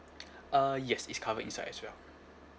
uh yes it's covered inside as well